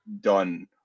done